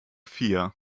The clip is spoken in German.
vier